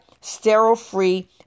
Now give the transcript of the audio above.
sterile-free